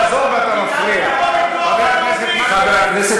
למה אתה אומר "לא נכון"?